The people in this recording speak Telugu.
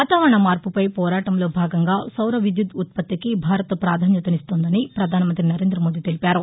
వాతావరణ మార్పుపై పోరాటంలో భాగంగా సౌర విద్యుత్ ఉత్పత్తికి భారత్ ప్రాధాన్యతనిస్తోందని ప్రధానమంతి నరేంద్రమోదీ తెలిపారు